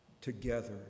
together